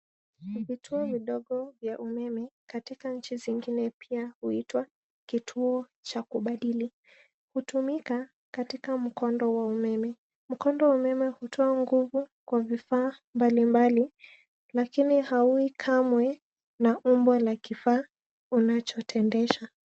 Ni vituo vidogo vya umeme katika nchi zingine pia huitwa kituo cha kubadili. Hutumika katika mkondo wa umeme. Mkondo wa umeme hutoa nguvu kwa vifaa mbalimbali lakini hauwi kamwe na umbo la kifaa unachotendesha.